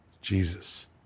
Jesus